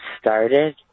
started